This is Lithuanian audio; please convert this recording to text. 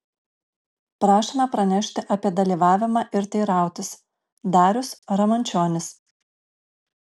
prašome pranešti apie dalyvavimą ir teirautis darius ramančionis